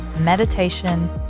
meditation